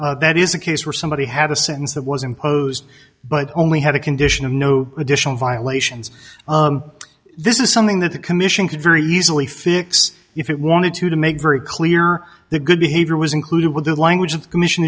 case that is a case where somebody had a sentence that was imposed but only had a condition of no additional violations this is something that the commission could very easily fix if it wanted to to make very clear the good behavior was included with the language of the commission